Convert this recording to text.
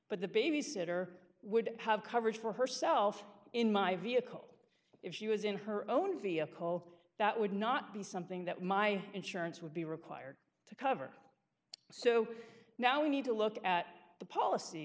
but the babysitter would have coverage for herself in my vehicle if she was in her own vehicle that would not be something that my insurance would be required to cover so now we need to look at the policy